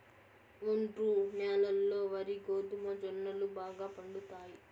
ఒండ్రు న్యాలల్లో వరి, గోధుమ, జొన్నలు బాగా పండుతాయి